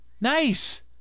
Nice